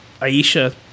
Aisha